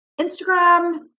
Instagram